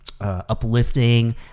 uplifting